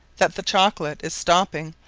that the chocolate is stopping,